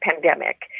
pandemic